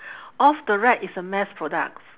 off the rack is a mass products